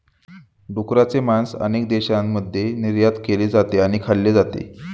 डुकराचे मांस अनेक देशांमध्ये निर्यात केले जाते आणि खाल्ले जाते